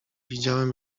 widziałem